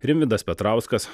rimvydas petrauskas